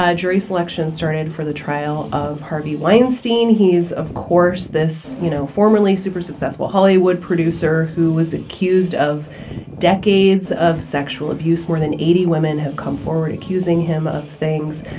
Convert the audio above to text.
yeah jury selection started for the trial of harvey weinstein. he is, of course, this, you know, formerly super successful hollywood producer who was accused of decades of sexual abuse. more than eighty women have come forward accusing him of things.